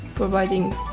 providing